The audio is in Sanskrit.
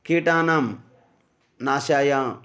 कीटानां नाशाय